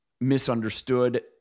misunderstood